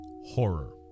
horror